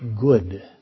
Good